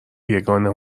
یگانه